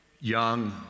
young